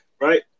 Right